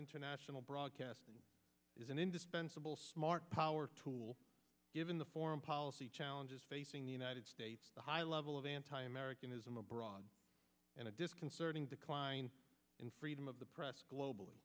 international broadcasting is an indispensable smart power tool given the foreign policy challenges facing the united states the high level of anti americanism abroad and a disconcerting decline in freedom of the press globally